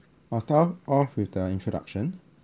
I’ll start off with the introduction